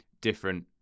different